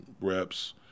reps